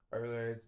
earlier